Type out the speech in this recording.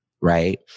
right